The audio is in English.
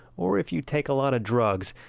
or if you take a lot of drugs,